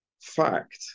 fact